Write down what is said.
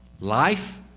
life